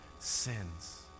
Sins